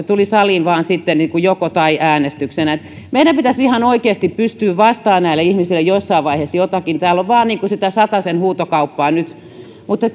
tuli saliin sitten vain joko tai äänestyksenä meidän pitäisi ihan oikeasti pystyä vastaamaan näille ihmisille jossain vaiheessa jotakin täällä on vain sitä satasen huutokauppaa nyt mutta